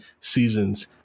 seasons